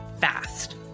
fast